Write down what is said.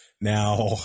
Now